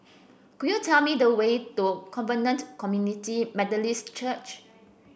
could you tell me the way to Covenant Community Methodist Church